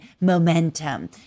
momentum